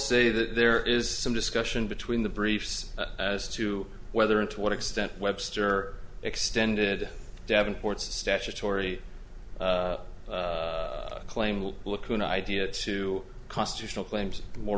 say that there is some discussion between the briefs as to whether and to what extent webster extended davenport's a statutory claim will look to an idea to constitutional claims more